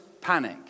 panic